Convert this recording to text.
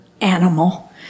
animal